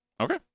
Okay